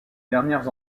dernières